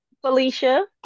Felicia